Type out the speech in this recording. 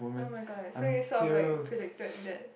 [oh]-my-god so you sort of like predicted that